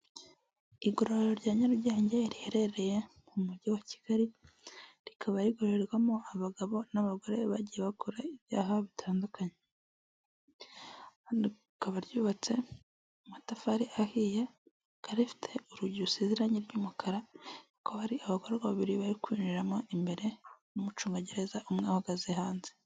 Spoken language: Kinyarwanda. Igorora rya nyarugenge riherereye mu mujyi wa Kigali rikaba rikorerwamo abagabo n'abagore bagiye bakora ibyaha bitandukanye, hano rikaba ryubatse amatafari ahiye kandi rifite urugi rusize irange ry'umukara ko hari abagore babiri barikurira mu imbere n'umucungagereza umwe uhagaze hanze.